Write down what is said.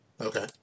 Okay